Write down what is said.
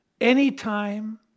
anytime